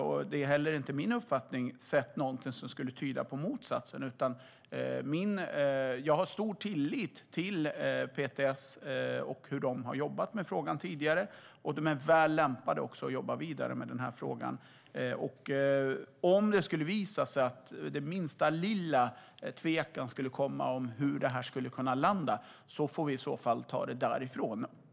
Jag har i alla fall inte hört något om det från Erik Ottoson, och det är heller inte min uppfattning. Jag har stor tillit till PTS och hur de har jobbat med frågan tidigare. De är väl lämpade att jobba vidare med den här frågan. Om det skulle visa sig att det finns minsta lilla tvekan om hur det här skulle kunna landa får vi i så fall ta det därifrån.